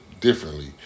differently